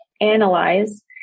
analyze